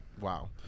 Wow